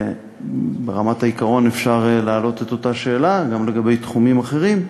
וברמת העיקרון אפשר להעלות את אותה שאלה לגבי תחומים אחרים,